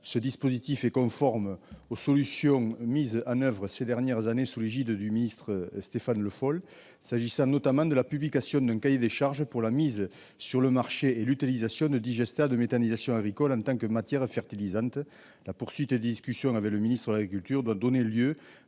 Ce dispositif est conforme aux solutions mises en oeuvre ces dernières années sous l'égide du ministre Stéphane Le Foll, notamment la publication d'un cahier des charges pour la mise sur le marché et l'utilisation de digestats de méthanisation agricoles en tant que matières fertilisantes. La poursuite des discussions avec le ministre de l'agriculture doit donner lieu